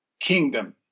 Kingdom